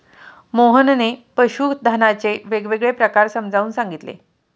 मोहनने पशुधनाचे वेगवेगळे प्रकार समजावून सांगितले